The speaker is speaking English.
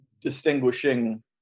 distinguishing